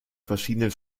verschiedenen